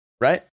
right